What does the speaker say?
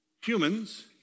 humans